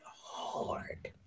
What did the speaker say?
hard